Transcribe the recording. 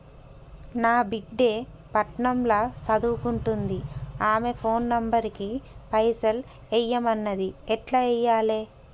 నా బిడ్డే పట్నం ల సదువుకుంటుంది ఆమె ఫోన్ నంబర్ కి పైసల్ ఎయ్యమన్నది ఎట్ల ఎయ్యాలి?